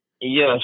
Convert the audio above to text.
Yes